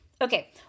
Okay